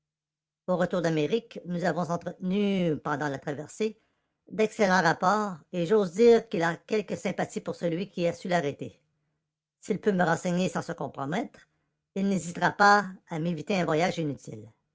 au retour d'amérique nous avons entretenu pendant la traversée d'excellents rapports et j'ose dire qu'il a quelque sympathie pour celui qui a su l'arrêter s'il peut me renseigner sans se compromettre il n'hésitera pas à m'éviter un voyage inutile